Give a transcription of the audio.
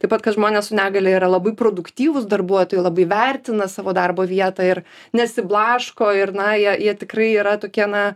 taip pat kad žmonės su negalia yra labai produktyvūs darbuotojai labai vertina savo darbo vietą ir nesiblaško ir na jie jie tikrai yra tokie na